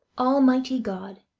almighty god,